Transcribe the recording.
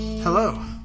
Hello